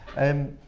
and